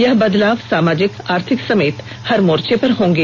यह बदलाव सामाजिक आर्थिक समेत हर मोर्चे पर होंगे